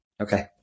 Okay